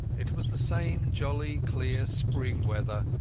it was the same jolly, clear spring weather,